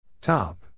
Top